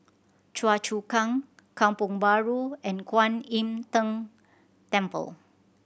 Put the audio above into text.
Choa Chu Kang Kampong Bahru and Kwan Im Tng Temple